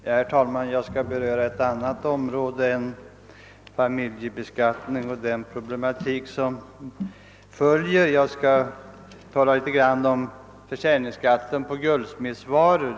Herr talman! Jag skall beröra ett annat område än familjebeskattningen och den problematik som följer med den. Jag skåll tala litet om försäljningsskatten på guldsmedsvaror.